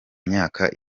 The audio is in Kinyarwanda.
myaka